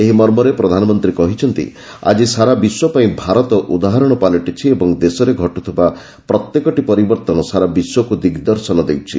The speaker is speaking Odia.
ଏହି ମର୍ମରେ ପ୍ରଧାନମନ୍ତ୍ରୀ କହିଛନ୍ତି ଆଜି ସାରା ବିଶ୍ୱ ପାଇଁ ଭାରତ ଉଦାହରଣ ପାଲଟିଛି ଏବଂ ଦେଶରେ ଘଟୁଥିବା ପ୍ରତ୍ୟେକଟି ପରିବର୍ତ୍ତନ ସାରା ବିଶ୍ୱକୁ ଦିଗ୍ଦର୍ଶନ ଦେଉଛି